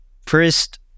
first